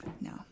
No